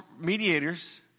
mediators